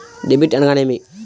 Debit అనగానేమి?